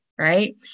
Right